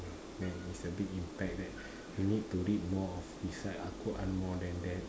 and it's a big impact like you need to read more of recite al-quran more than that to